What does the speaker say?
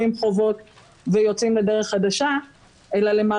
אבל מוות כלכלי יכול להיות הרבה יותר גרוע.